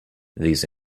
these